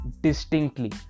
distinctly